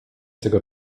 tego